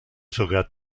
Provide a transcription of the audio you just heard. sogar